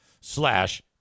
slash